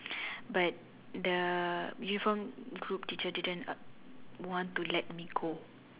but the uniform group teacher didn't want to let me go